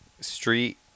street